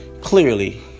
Clearly